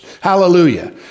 hallelujah